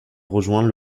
rejoint